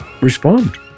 respond